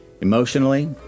emotionally